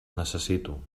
necessito